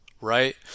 right